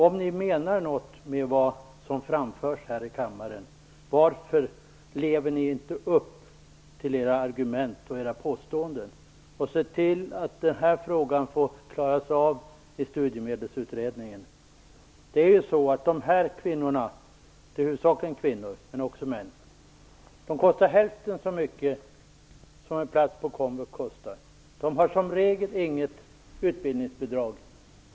Om ni menar något med vad som framförs här i kammaren varför lever ni inte upp till era argument och ser till att den här frågan får klaras av i Studiemedelsutredningen? Det här kvinnorna - det är huvudsakligen kvinnor, men det finns också män - kostar hälften så mycket som en plats på komvux. De har som regel inget utbildningsbidrag.